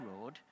road